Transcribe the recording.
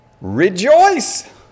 Rejoice